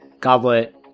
Goblet